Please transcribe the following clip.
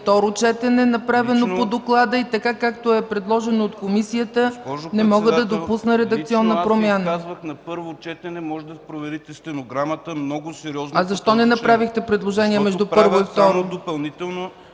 А защо не направихте предложение между първо и второ